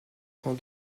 cent